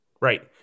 Right